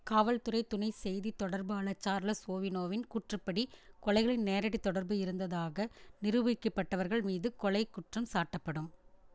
காவல்துறை துணை செய்தித் தொடர்பாளர் சார்லஸ் ஓவினோவின் கூற்றுப்படி கொலைகளில் நேரடி தொடர்பு இருந்ததாக நிரூபிக்கப்பட்டவர்கள் மீது கொலைக் குற்றம் சாட்டப்படும்